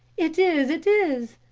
it is, it is,